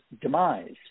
demise